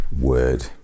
word